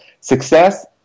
success